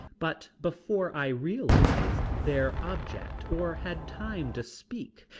but before i realized their object or had time to speak,